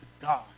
God